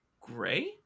Gray